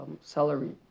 celery